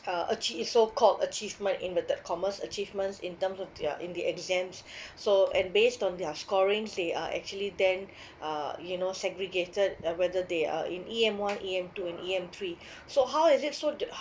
uh achie~ so called achievement inverted commas achievements in terms of their in the exams so and based on their scoring they are actually then uh you know segregated uh whether they are in E_M one E_M two and E_M three so how is it so di~ so ho~